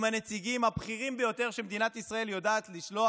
הנציגים הבכירים ביותר שמדינת ישראל יודעת לשלוח,